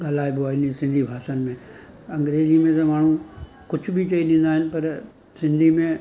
ॻाल्हाइबो आहे हिन सिंधी भाषाउनि में अंग्रेजीअ में त माण्हू कुझु बि चई ॾींदा आहिनि पर सिंधी में